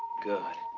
good.